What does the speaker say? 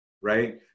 right